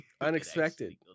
Unexpected